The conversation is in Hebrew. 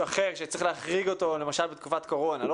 אחר שצריך להחריג אותו למשל בתקופת קורונה.